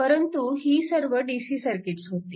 परंतु ही सर्व DC सर्किट्स होती